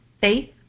Faith